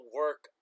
work